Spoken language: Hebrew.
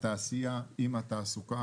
התעשייה עם התעסוקה,